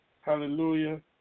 hallelujah